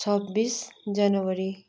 छब्बिस जनवरी